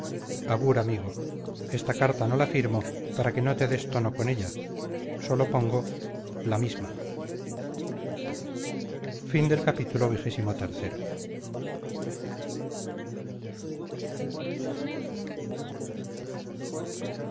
abur amigo esta carta no la firmo para que no te des tono con ella sólo pongo la misma